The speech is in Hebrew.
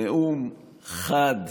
נאום חד,